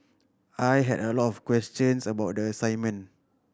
I had a lot of questions about the assignment